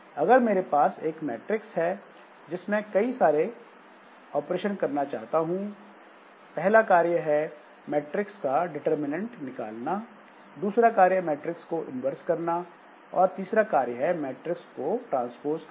अगर मेरे पास एक मैट्रिक्स है जिसमें मैं कई सारे ऑपरेशन करना चाहता हूं पहला कार्य है मैट्रिक्स का डिटर्मिननेंट निकालना दूसरा कार्य मैट्रिक्स का इन्वर्स करना और तीसरा कार्य है मैट्रिक्स को ट्रांसपोज़ करना